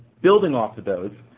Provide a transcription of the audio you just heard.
building off of those,